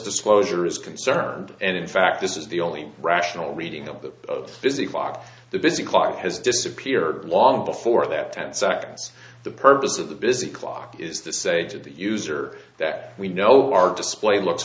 disclosure is concerned and in fact this is the only rational reading of that visit the busy clock has disappeared long before that ten seconds the purpose of the busy clock is the say to the user that we know our display looks